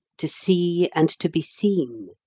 to see and to be seen,